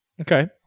okay